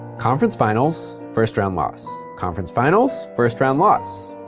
conference finals, first-round loss. conference finals, first-round loss.